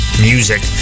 music